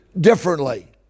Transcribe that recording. differently